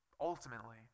ultimately